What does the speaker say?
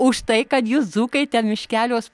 už tai kad jūs dzūkai ten miškeliuos